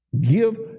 Give